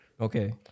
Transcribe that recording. Okay